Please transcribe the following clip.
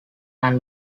are